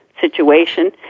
situation